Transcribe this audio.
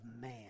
man